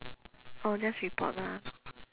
oh just report lah